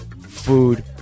food